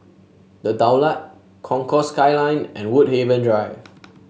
The Daulat Concourse Skyline and Woodhaven Drive